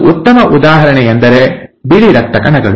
ಒಂದು ಉತ್ತಮ ಉದಾಹರಣೆಯೆಂದರೆ ಬಿಳಿ ರಕ್ತ ಕಣಗಳು